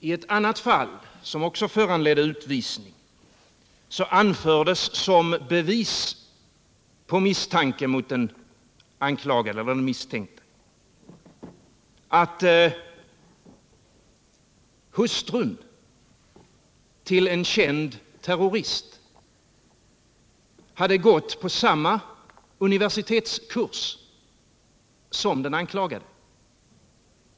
I ett annat fall, som också föranledde utvisning, anfördes som bevis = Fortsatt giltighet av på misstanke mot den anklagade eller den misstänkte att hustrun till spaningslagen en känd terrorist hade gått på samma universitetskurs som den anklagade.